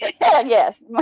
yes